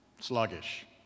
Sluggish